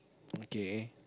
K